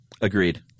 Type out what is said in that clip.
Agreed